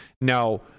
Now